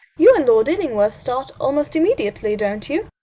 you and lord illingworth start almost immediately, don't you?